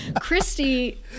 Christy